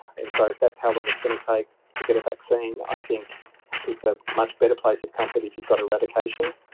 and so if that's how long it's going to take to get a vaccine, i think it's a much better place of comfort if you've got eradication.